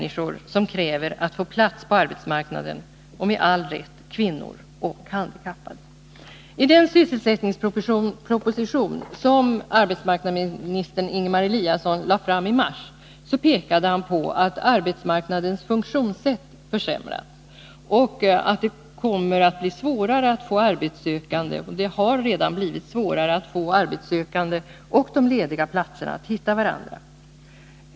I den sysselsättningsproposition som arbetsmarknadsminister Ingemar Eliasson lade fram i mars pekade han på att arbetsmarknadens funktionssätt försämrats och att det redan har blivit svårare att få de arbetssökande och de lediga platserna att hitta varandra.